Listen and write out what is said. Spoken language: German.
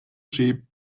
ski